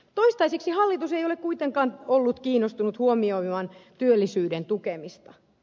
toistaiseksi hallitus ei ole kuitenkaan ollut kiinnostunut huomioimaan työllisyyden tukemista